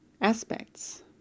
aspects